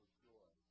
joy